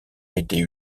été